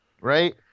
Right